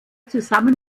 zusammen